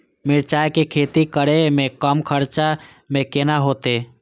मिरचाय के खेती करे में कम खर्चा में केना होते?